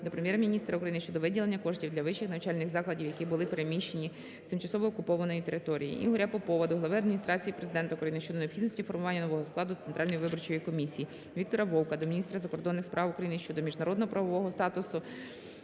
до Прем'єр-міністра України щодо виділення коштів для вищих навчальних закладів, які були переміщені з тимчасово окупованої території. Ігоря Поповадо Глави Адміністрації Президента України щодо необхідності формування нового складу Центральної виборчої комісії. Віктора Вовка до Міністра закордонних справ України щодо міжнародно-правового статусу